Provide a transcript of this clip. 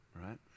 right